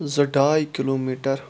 زٕ ڈاے kilo metre